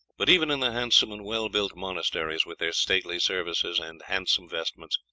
but even in the handsome and well-built monasteries, with their stately services and handsome vestments,